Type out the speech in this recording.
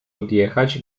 odjechać